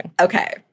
Okay